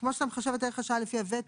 כמו שאתה מחשב את ערך השעה לפי הוותק.